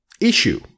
issue